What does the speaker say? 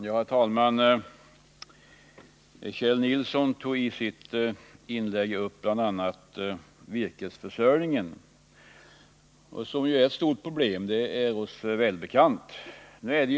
Herr talman! Kjell Nilsson tog i sitt inlägg upp bl.a. virkesförsörjningen: att den är ett stort problem är oss ju välbekant.